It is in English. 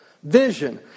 Vision